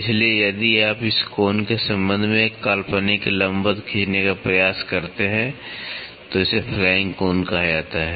इसलिए यदि आप इस कोण के संबंध में एक काल्पनिक लंबवत खींचने का प्रयास करते हैं तो इसे फ्लैंक कोण कहा जाता है